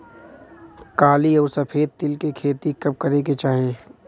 काली अउर सफेद तिल के खेती कब करे के चाही?